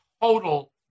Total